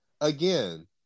Again